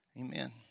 Amen